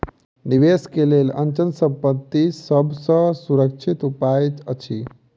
निवेश के लेल अचल संपत्ति सभ सॅ सुरक्षित उपाय अछि